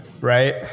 Right